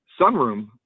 sunroom